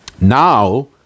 now